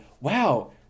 wow